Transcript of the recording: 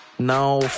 Now